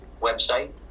website